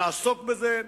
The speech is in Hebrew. נעסוק בזה,